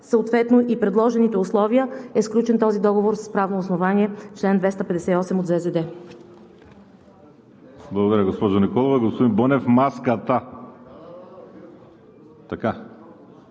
съответно и предложените условия, е сключен този договор с правно основание – чл. 258 от ЗЗД.